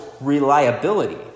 reliability